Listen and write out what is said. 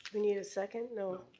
we need a second? no,